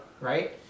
Right